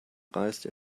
reiste